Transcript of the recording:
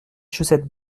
chaussettes